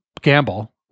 gamble